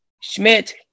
Schmidt